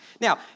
Now